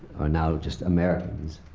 are now just americans.